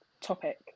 topic